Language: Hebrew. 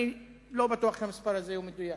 אני לא בטוח שהמספר הזה מדויק.